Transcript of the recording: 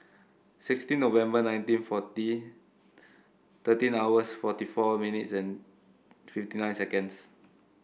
sixteen November nineteen forty thirteen hours forty four minutes and fifty nine seconds